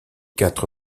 quatre